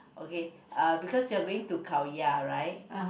okay uh because you are going to Khao-Yai right